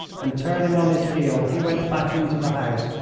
and, turning on his heel, he went back into the house,